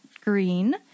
green